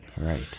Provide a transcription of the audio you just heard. Right